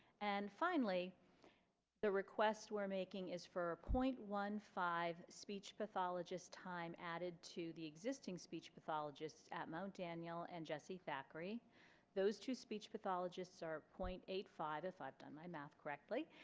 and finally the request we're making is for a point one five speech pathologist time added to the existing speech pathologist at mt daniel and jesse thackrey those two speech pathologists are point eight five, if i've done my math correctly,